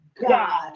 God